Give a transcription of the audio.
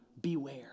beware